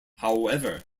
however